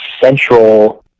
central